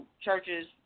churches